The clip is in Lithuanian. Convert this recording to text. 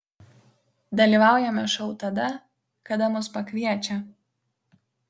dalyvaujame šou tada kada mus pakviečia